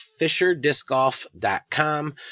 FisherDiscGolf.com